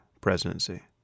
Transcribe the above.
presidency